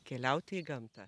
keliauti į gamtą